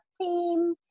team